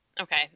Okay